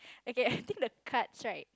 okay I think the cards right